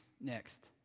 next